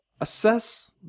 assess